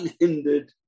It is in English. unhindered